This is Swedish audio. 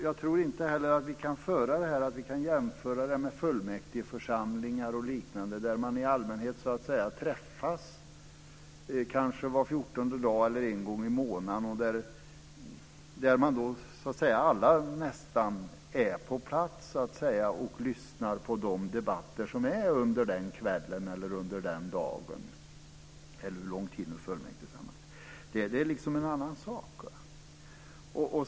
Jag tror inte heller att vi kan jämföra oss med fullmäktigeförsamlingar e.d., där man träffas kanske var 14:e dag eller en gång i månaden och nästan alla är på plats och lyssnar på de debatter som förs under den kvällen eller dagen. Det är en annan sak.